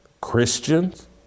Christians